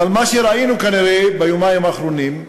אבל מה שראינו כנראה ביומיים האחרונים,